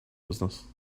business